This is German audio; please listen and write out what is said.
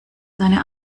seine